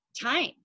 time